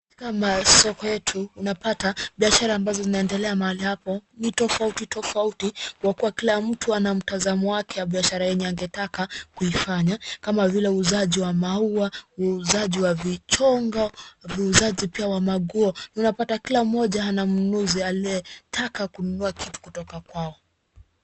Kama soko yetu unapata biashara ambazo zinaendelea mahali hapo ni tofauti tofauti kwa kuwa kila mtu ana mtazamo wake wa biashara yenye angetaka kuifanya kama vile uuzaji wa maua, uuzaji wa vichongo, uuzaji pia wa manguo unapata kila mmoja ana mnunuzi aliye taka kununua kitu kutoka kwao.